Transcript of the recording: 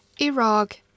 Iraq